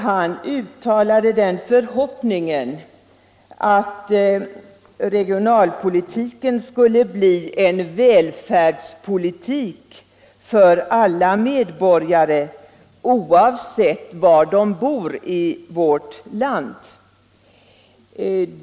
Han uttalade den förhoppningen att ”regionalpolitiken skulle bli en välfärdspolitik för alla medborgare oavsett var de bor i vårt land”.